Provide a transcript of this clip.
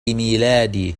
ميلادي